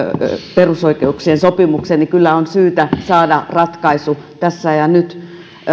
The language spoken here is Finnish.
perusoikeuksien sopimuksen että kyllä on syytä saada ratkaisu tässä ja nyt